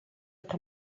look